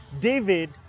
david